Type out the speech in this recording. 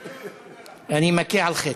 אני מכה על חטא.